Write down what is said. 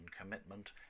Commitment